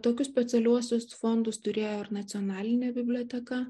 tokius specialiuosius fondus turėjo ir nacionalinė biblioteka